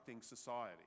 society